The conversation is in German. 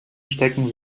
stecken